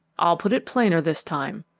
i'll put it plainer this time.